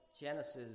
Genesis